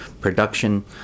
production